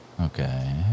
Okay